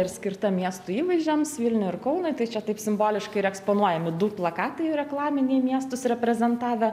ir skirta miestų įvaizdžiams vilniui ir kaunui tai čia taip simboliškai ir eksponuojami du plakatai reklaminiai miestus reprezentavę